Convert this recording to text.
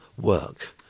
work